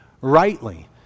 rightly